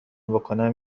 بکنم